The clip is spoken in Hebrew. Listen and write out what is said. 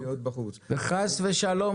וחס ושלום,